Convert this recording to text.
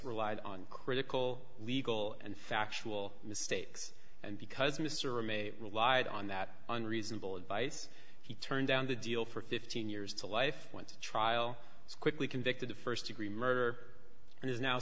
relied on critical legal and factual mistakes and because mr m a relied on that on reasonable advice he turned down the deal for fifteen years to life went to trial quickly convicted of st degree murder